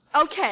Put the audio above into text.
Okay